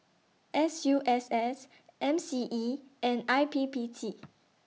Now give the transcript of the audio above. S U S S M C E and I P P T